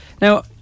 Now